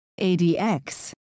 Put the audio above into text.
ADX